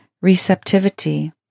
Receptivity